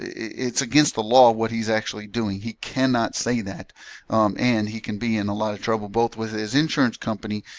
it's against the law what he's actually doing he cannot say that and he can be in a lot of trouble both with his insurance company